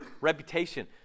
reputation